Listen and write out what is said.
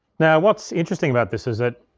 now what's interesting about this is that